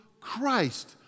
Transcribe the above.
Christ